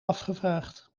afgevraagd